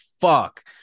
fuck